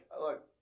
look